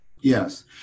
Yes